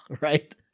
right